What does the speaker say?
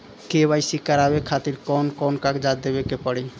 KYC करवावे खातिर कौन कौन कागजात देवे के पड़ी?